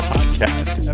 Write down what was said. Podcast